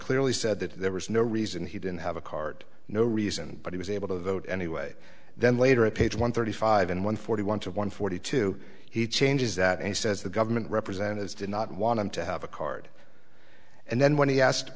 clearly said that there was no reason he didn't have a card no reason but he was able to vote anyway then later at page one thirty five and one forty one to one forty two he changes that he says the government representatives did not want him to have a card and then when he asked